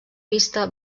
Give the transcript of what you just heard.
vista